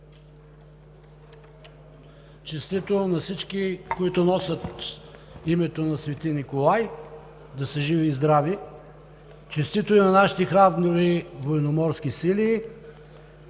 Честито на всички, които носят името на свети Николай! Да са живи и здрави! Честито и на нашите храбри военноморски сили!